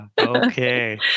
Okay